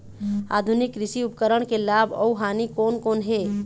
आधुनिक कृषि उपकरण के लाभ अऊ हानि कोन कोन हे?